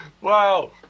Wow